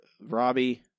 Robbie